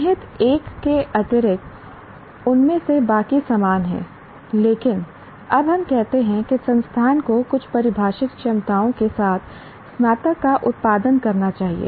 चिह्नित एक के अतिरिक्त उनमें से बाकी समान हैं लेकिन अब हम कहते हैं कि संस्थान को कुछ परिभाषित क्षमताओं के साथ स्नातक का उत्पादन करना चाहिए